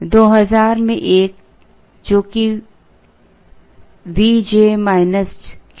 इसलिए 2000 x 1 जोकि Vj qj Cj है